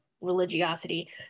religiosity